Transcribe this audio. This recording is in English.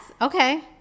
Okay